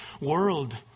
world